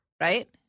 right